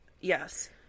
Yes